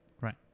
right